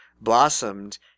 blossomed